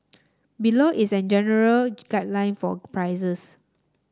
below is a general guideline for prices